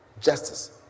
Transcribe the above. justice